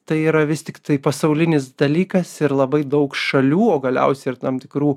tai yra vis tiktai pasaulinis dalykas ir labai daug šalių o galiausia ir tam tikrų